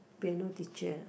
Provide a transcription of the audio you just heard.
piano teacher